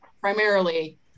primarily